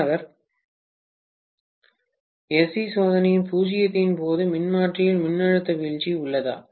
மாணவர் 2729 எஸ்சி சோதனை பூஜ்ஜியத்தின் போது மின்மாற்றியில் மின்னழுத்த வீழ்ச்சி உள்ளதா